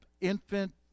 infant